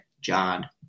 John